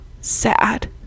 sad